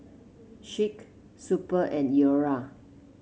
Schick Super and Iora